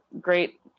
great